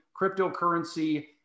cryptocurrency